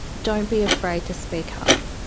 don't be afraid to speak up.